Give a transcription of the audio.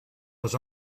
was